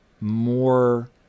more